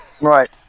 right